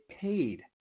paid